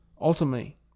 Ultimately